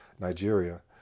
Nigeria